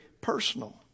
personal